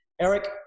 Eric